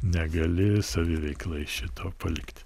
negali saviveiklai šito palikti